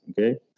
okay